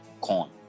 corn